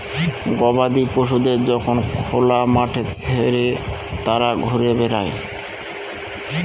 গবাদি পশুদের যখন খোলা মাঠে ছেড়ে তারা ঘুরে বেড়ায়